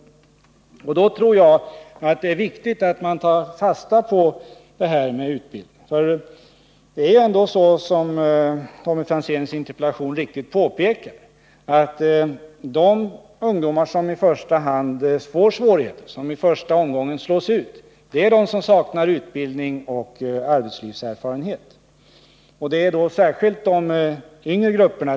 I det sammanhanget tror jag det är viktigt att man tar fasta på detta med utbildning. Det är ändå så, som Tommy Franzén mycket riktigt påpekar i sin interpellation, att de ungdomar som i första hand får svårigheter, som i första omgången slås ut, är de som saknar utbildning och arbetslivserfarenhet. Det gäller särskilt de yngre grupperna.